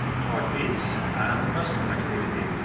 heart beats and muscle activity,